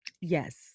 Yes